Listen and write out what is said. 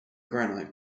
granite